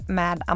med